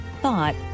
thought